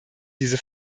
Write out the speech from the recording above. diese